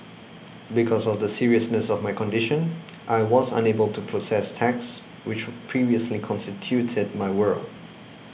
because of the seriousness of my condition I was unable to process text which previously constituted my world